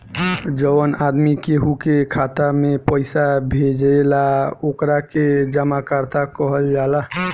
जवन आदमी केहू के खाता में पइसा भेजेला ओकरा के जमाकर्ता कहल जाला